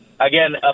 Again